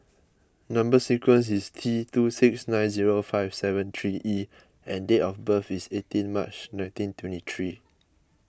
Number Sequence is T two six nine zero five seven three E and date of birth is eighteen March nineteen twenty three